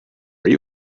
are